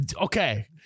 Okay